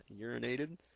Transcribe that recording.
urinated